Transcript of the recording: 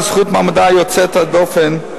בזכות מעמדה יוצא הדופן,